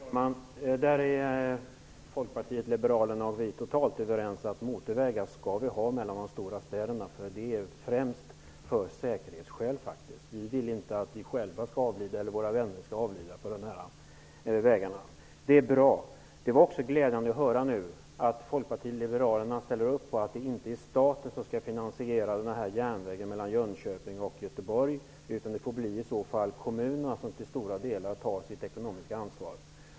Fru talman! Vi är totalt överens med Folkpartiet liberalerna om att det skall vara motorvägar mellan de stora städerna, främst av säkerhetskäl. Vi vill inte att vi själva eller våra vänner skall avlida på vägarna. Det var glädjande att höra att Folkpartiet liberalerna ställer upp på att det inte är staten som skall finansiera järnvägen mellan Jönköping och Göteborg utan kommunerna, som till stora delar tar sitt ekonomiska ansvar.